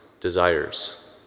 desires